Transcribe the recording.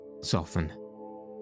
soften